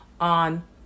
on